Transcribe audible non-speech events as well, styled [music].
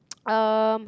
[noise] uh